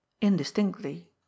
indistinctly